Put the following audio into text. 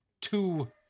two